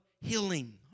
healing